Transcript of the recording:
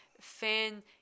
fan